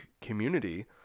community